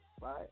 right